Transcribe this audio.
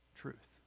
truth